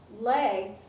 leg